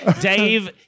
Dave